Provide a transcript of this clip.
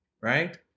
right